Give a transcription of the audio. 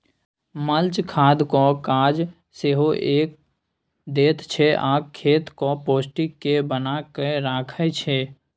mulch खादक काज सेहो कए दैत छै आ खेतक पौष्टिक केँ बना कय राखय छै